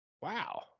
Wow